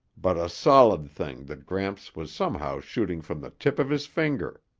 but a solid thing that gramps was somehow shooting from the tip of his finger.